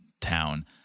town